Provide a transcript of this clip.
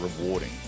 rewarding